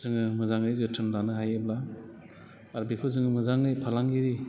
जोङो मोजाङै जोथोन लानो हायोब्ला आरो बेखौ जोङो मोजाङै फालांगिरि